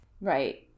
Right